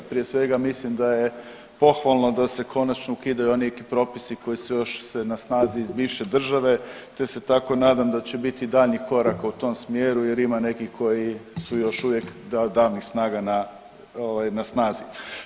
Prije svega mislim da je pohvalno da se konačno ukidaju neki propisi koji su još na snazi iz bivše države, te se tako nadam da će biti daljnjih koraka u tom smjeru jer ima nekih koji su još uvijek davnih snaga na ovaj na snazi.